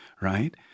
right